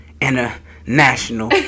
international